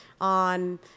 on